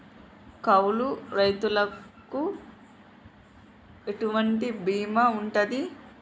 కౌలు రైతులకు ఎటువంటి బీమా ఉంటది?